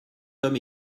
homme